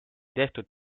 tehtud